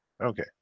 Okay